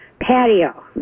patio